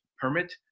permit